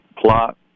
plot